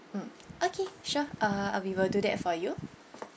mm okay sure uh we will do that for you